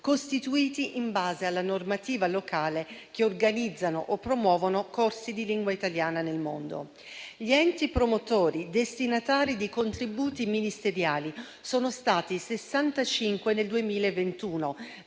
costituiti in base alla normativa locale che organizzano o promuovono corsi di lingua italiana nel mondo. Gli enti promotori destinatari di contributi ministeriali sono stati 65 nel 2021,